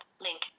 link